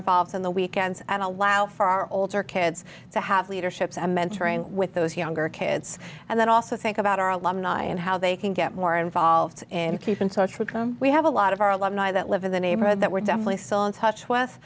involved in the weekends and allow for our older kids to have leadership and mentoring with those younger kids and then also think about our alumni and how they can get more involved and keep in touch with them we have a lot of our alumni that live in the neighborhood that we're definitely saw in touch with